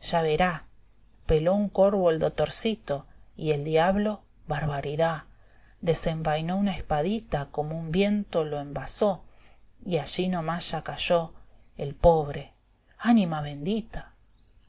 ya verá peló un corbo el dotorcito y el diablo barbaridá desenvainó una espadita como un viento lo embaso y allí no más ya cayó el pobre anima bendita